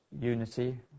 unity